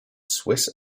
swiss